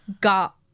got